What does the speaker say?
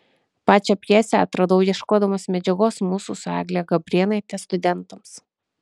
pačią pjesę atradau ieškodamas medžiagos mūsų su egle gabrėnaite studentams